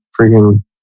freaking